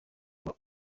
kuba